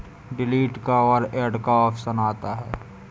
delete का और add का ऑप्शन आता है